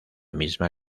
misma